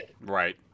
Right